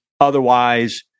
Otherwise